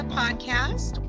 podcast